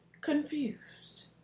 confused